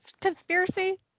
conspiracy